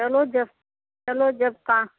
चलो जब चलो जब का